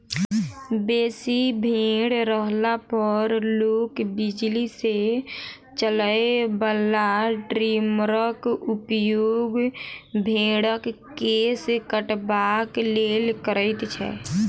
बेसी भेंड़ रहला पर लोक बिजली सॅ चलय बला ट्रीमरक उपयोग भेंड़क केश कटबाक लेल करैत छै